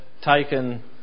Taken